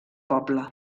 poble